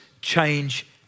change